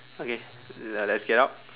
okay uh let's get out